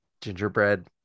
gingerbread